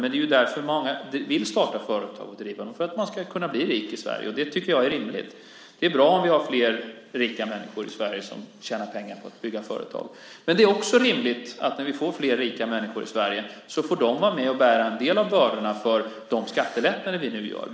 Men många vill starta och driva företag just för att kunna bli rika i Sverige. Det tycker jag är rimligt. Det är bra om vi har flera rika människor i Sverige som tjänar pengar på att bygga företag. När vi får flera rika människor i Sverige är det också rimligt att de får vara med och bära en del av bördorna för de skattelättnader som vi nu gör.